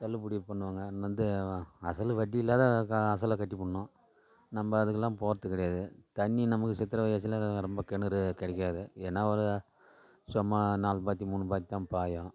தள்ளுபடி பண்ணுவாங்க வந்து அசல் வட்டியில்லாத அசலை கட்டிவிடனும் நம்ப அதற்கெல்லாம் போகறது கிடையாது தண்ணி நமக்கு சித்திரை வைகாசியில ரொம்ப கிணறு கெடைக்காது என்ன ஒரு சும்மா நாலு பாத்தி மூணு பாத்தி தான் பாயும்